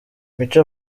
mico